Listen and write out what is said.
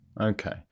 Okay